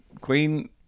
Queen